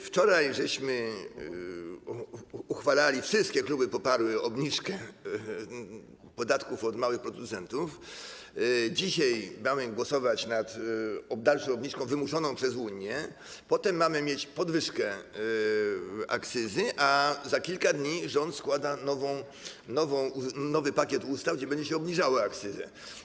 Wczoraj uchwalaliśmy, wszystkie kluby poparły obniżkę podatków od małych producentów, dzisiaj mamy głosować nad dalszą obniżką, wymuszoną przez Unię, potem mamy mieć podwyżkę akcyzy, a za kilka dni rząd składa nowy pakiet ustaw, gdzie będzie się obniżało akcyzę.